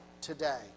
today